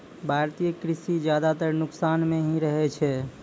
भारतीय कृषि ज्यादातर नुकसान मॅ ही रहै छै